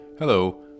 Hello